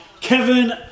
Kevin